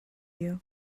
you